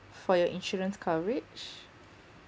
for your insurance coverage